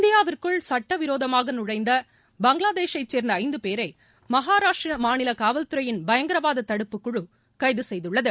இந்தியாவிற்குள் சுட்டவிரோதமாக நுழைந்த பங்களாதேஷைச் சேர்ந்த ஐந்து பேரை மகாராஷ்டிர மாநில காவல்துறையின் பயங்கரவாத தடுப்புக் குழு கைது செய்துள்ளது